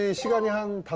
ah seokjung.